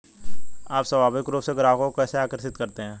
आप स्वाभाविक रूप से ग्राहकों को कैसे आकर्षित करते हैं?